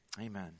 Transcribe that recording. Amen